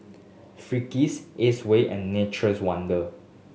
Friskies Acwell and Nature's Wonders